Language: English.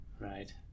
Right